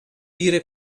ihre